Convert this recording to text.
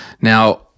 Now